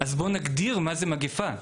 בואו נגדיר מה זו מגיפה.